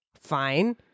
Fine